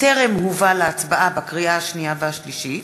טרם הובא להצבעה בקריאה השנייה והשלישית.